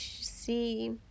see